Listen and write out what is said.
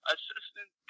Assistant